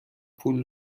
پول